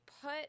put